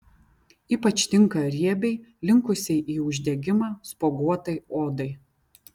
ypač tinka riebiai linkusiai į uždegimą spuoguotai odai